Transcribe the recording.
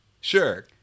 Sure